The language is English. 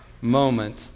moment